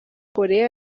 korea